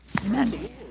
Amen